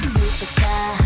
Superstar